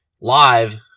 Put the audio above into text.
Live